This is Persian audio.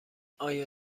آیا